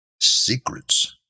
Secrets